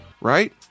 right